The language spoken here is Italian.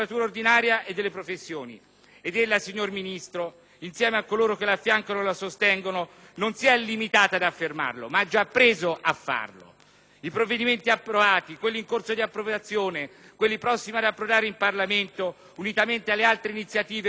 Lei, signor Ministro, insieme a coloro che la affiancano e la sostengono, non si è limitato ad affermarle, ma ha già cominciato a porle in essere. I provvedimenti approvati, quelli in corso di approvazione, quelli prossimi ad approdare in Parlamento, unitamente alle altre iniziative più tipiche della sua funzione,